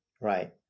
Right